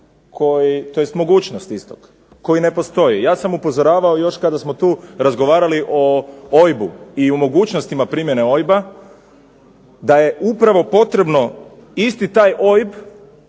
tj. mogućnost istog koji ne postoji. Ja sam upozoravao još kada smo tu razgovarali o OIB-u i o mogućnostima primjene OIB-a da je upravo potrebno isti taj OIB